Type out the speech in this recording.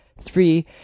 three